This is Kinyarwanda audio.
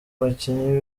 bakinnyi